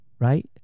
right